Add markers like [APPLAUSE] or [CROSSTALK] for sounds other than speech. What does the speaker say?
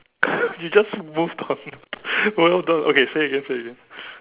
[LAUGHS] you just moved on [LAUGHS] well done okay say again say again